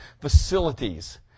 facilities